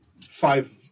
five